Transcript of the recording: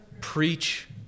preach